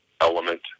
element